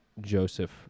Joseph